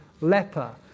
leper